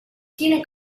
tiene